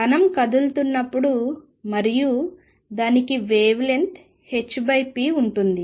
కణం కదులుతున్నప్పుడు మరియు దానికి వేవ్ లెంగ్త్ h p ఉంటుంది